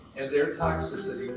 and their toxicity,